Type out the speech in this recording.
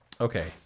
Okay